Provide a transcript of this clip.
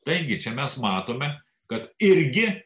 taigi čia mes matome kad irgi